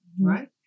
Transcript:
right